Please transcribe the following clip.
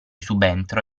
subentro